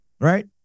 right